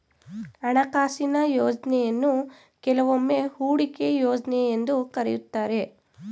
ಹಣಕಾಸಿನ ಯೋಜ್ನಯನ್ನು ಕೆಲವೊಮ್ಮೆ ಹೂಡಿಕೆ ಯೋಜ್ನ ಎಂದು ಕರೆಯುತ್ತಾರೆ